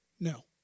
No